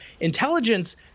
intelligence